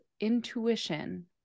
intuition